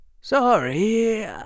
Sorry